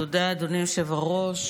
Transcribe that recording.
תודה, אדוני היושב-ראש.